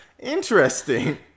interesting